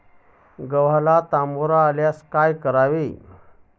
गव्हाला तांबेरा झाल्यास काय करावे?